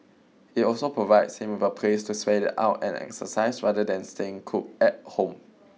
it also provides him a place to sweat it out and exercise rather than staying cooped at home